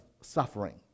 suffering